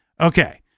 okay